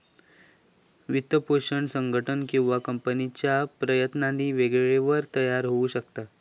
वित्तपोषण संघटन किंवा कंपनीच्या प्रयत्नांनी वेळेवर तयार होऊ शकता